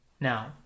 Now